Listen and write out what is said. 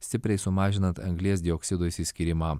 stipriai sumažinant anglies dioksido išsiskyrimą